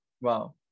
Wow